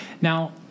Now